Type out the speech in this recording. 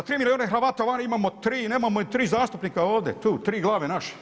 Za 3 milijuna Hrvata vani imamo 3, nemamo ni 3 zastupnika ovdje, tu, 3 glave naše.